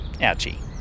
ouchie